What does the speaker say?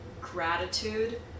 gratitude